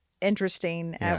Interesting